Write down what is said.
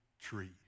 tree